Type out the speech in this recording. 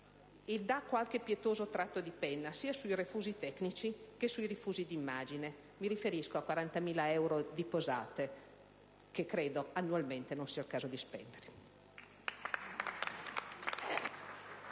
e dia qualche pietoso tratto di penna, sia sui refusi tecnici sia sui refusi d'immagine. Mi riferisco ai 40.000 euro di posate, che credo annualmente non sia il caso di spendere.